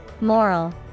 Moral